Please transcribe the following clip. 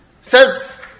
Says